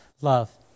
love